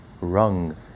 rung